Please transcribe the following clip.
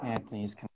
Anthony's